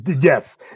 Yes